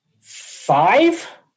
five